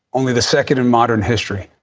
only the second in modern history.